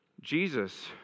Jesus